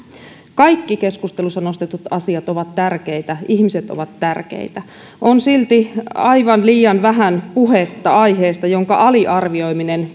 kaikki keskustelussa nostetut asiat ovat tärkeitä ihmiset ovat tärkeitä on silti aivan liian vähän puhetta aiheesta jonka aliarvioiminen